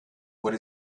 what